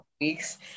weeks